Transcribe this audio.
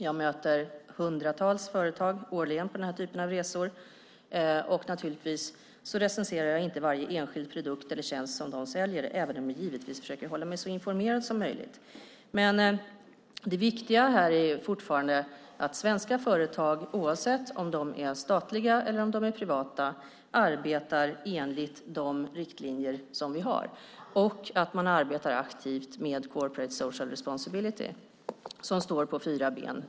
Jag möter hundratals företag årligen på den här typen av resor, och naturligtvis recenserar jag inte varje enskild produkt eller tjänst som de säljer, även om jag givetvis försöker hålla mig så informerad som möjligt. Det viktiga här är fortfarande att svenska företag, oavsett om de är statliga eller privata, arbetar enligt de riktlinjer som vi har och att de arbetar aktivt med Corporate Social Responsibility, som står på fyra ben.